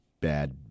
bad